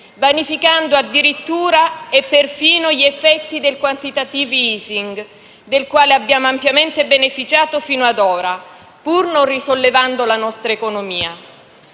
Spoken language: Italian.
vanificando addirittura perfino gli effetti del *quantitative easing*, del quale abbiamo ampiamente beneficiato fino ad ora, pur non risollevando la nostra economia.